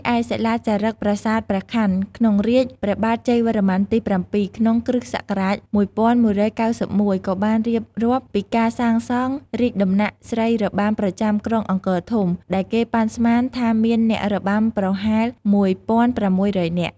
រីឯ សិលាចារឹកប្រាសាទព្រះខ័ន ក្នុងរាជ្យព្រះបាទ ជ័យវរ្ម័នទី៧ ក្នុង គ្រិស្តសករាជ ១១៩១ ក៏បានរៀបរាប់ពីការសាងសង់រាជដំណាក់ស្រីរបាំប្រចាំក្រុងអង្គរធំ ដែលគេប៉ាន់ស្មានថាមានអ្នករបាំប្រហែល ១៦០០ នាក់។